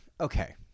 okay